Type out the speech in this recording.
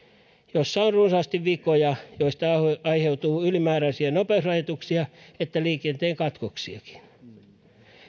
siinä on runsaasti vikoja joista aiheutuu sekä ylimääräisiä nopeusrajoituksia että liikenteen katkoksiakin